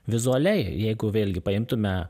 vizualiai jeigu vėlgi paimtume